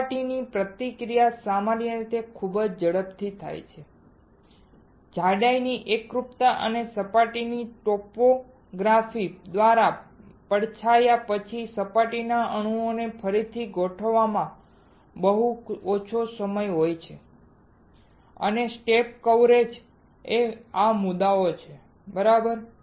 સપાટીની પ્રતિક્રિયા સામાન્ય રીતે ખૂબ જ ઝડપથી થાય છે જાડાઈની એકરૂપતા અને સપાટીની ટોપોગ્રાફી દ્વારા પડછાયા પછી સપાટીના અણુઓને ફરીથી ગોઠવવાનો બહુ ઓછો સમય હોય છે અને સ્ટેપ કવરેજ એ મુદ્દાઓ છે બરાબર